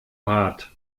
hart